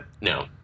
No